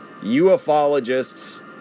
UFOlogists